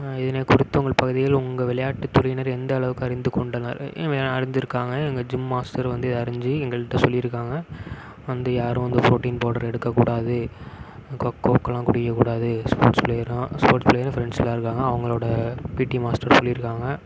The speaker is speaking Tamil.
இதனைக் குடித்து உங்கள் பகுதியில் உங்கள் விளையாட்டு துறையினர் எந்தளவுக்கு அறிந்துக் கொண்டனர் அறிந்திருக்காங்க எங்கள் ஜிம் மாஸ்டர் வந்து அறிஞ்சு எங்கள்ட சொல்லியிருக்காங்க வந்து யாரும் வந்து புரோட்டின் பவுடர் எடுக்கக் கூடாது கொக் கோக்குலாம் குடிக்கக் கூடாது ஸ்போர்ட்ஸ் பிளேயர்லாம் ஸ்போர்ட்ஸ் பிளேயரும் ஃப்ரெண்ட்ஸ்லாம் இருக்காங்க அவங்களோட பிடி மாஸ்டர் சொல்லியிருக்காங்க